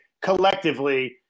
collectively